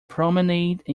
promenade